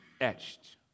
etched